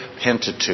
Pentateuch